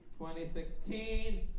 2016